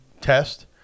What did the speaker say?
test